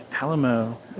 Alamo